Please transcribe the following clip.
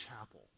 chapel